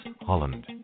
Holland